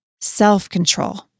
self-control